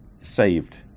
Saved